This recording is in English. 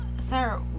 Sir